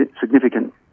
significant